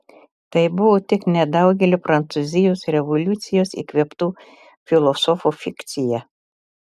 tai buvo tik nedaugelio prancūzijos revoliucijos įkvėptų filosofų fikcija